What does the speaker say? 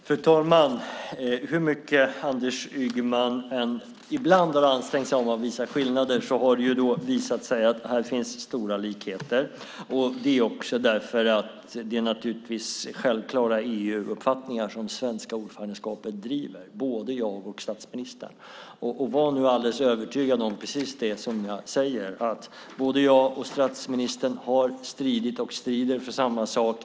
Fru talman! Hur mycket Anders Ygeman ibland än ansträngt sig för att visa på skillnader har det visat sig att här finns stora likheter - bland annat därför att det naturligtvis är självklara EU-uppfattningar som det svenska ordförandeskapet, både jag och statsministern, driver. Var nu alldeles övertygad om precis det jag säger, nämligen att både jag och statsministern har stridit, och strider, för samma sak.